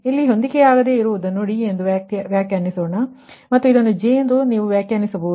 ಇಲ್ಲಿ ಹೊಂದಿಕೆಯಾಗದೆ ಇರುವುದನ್ನು D ಎಂದು ವ್ಯಾಖ್ಯಾನಿಸೋಣ ಮತ್ತು ಇದನ್ನು J ಎಂದು ನೀವು ವ್ಯಾಖ್ಯಾನಿಸಬಹುದು